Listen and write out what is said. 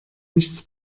nichts